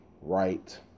right